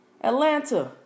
Atlanta